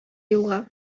юлга